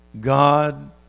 God